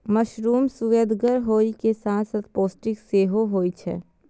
mushroom सुअदगर होइ के साथ साथ पौष्टिक सेहो होइ छै